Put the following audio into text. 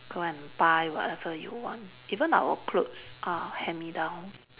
go and buy whatever you want even our clothes are hand-me-downs